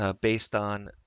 ah based on,